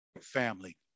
family